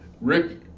Rick